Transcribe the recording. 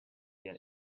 gain